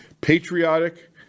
patriotic